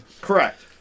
Correct